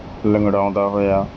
ਲੰਗੜਾਉਂਦਾ ਹੋਇਆ